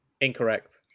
incorrect